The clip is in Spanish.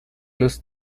los